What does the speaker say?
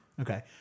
Okay